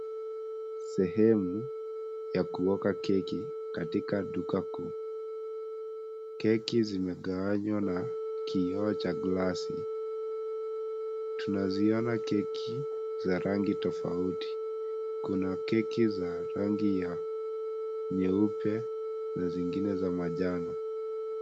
Sehemu ya kuoka keki katika duka kuu. Keki zimegawanywa na kioo cha glasi. Tunaziona keki za rangi tofauti. Kuna keki za rangi ya nyeupe na zingine za manjano.